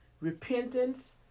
Repentance